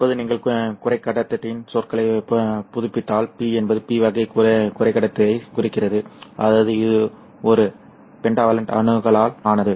இப்போது நீங்கள் குறைக்கடத்திகளின் சொற்களைப் புதுப்பித்தால் P என்பது P வகை குறைக்கடத்தியைக் குறிக்கிறது அதாவது இது ஒரு பென்டாவலண்ட் அணுக்களால் ஆனது